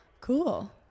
Cool